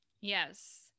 yes